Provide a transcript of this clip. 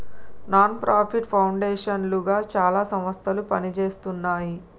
non profit foundation లుగా చాలా సంస్థలు పనిజేస్తున్నాయి